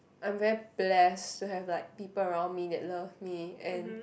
I'm very blessed to have like people around me that love me and